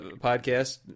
podcast